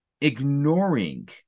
ignoring